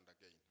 again